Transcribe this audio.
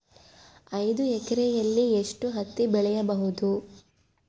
ಐದು ಎಕರೆಯಲ್ಲಿ ಎಷ್ಟು ಹತ್ತಿ ಬೆಳೆಯಬಹುದು?